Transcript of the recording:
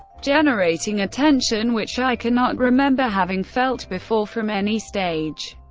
generating a tension which i cannot remember having felt before from any stage.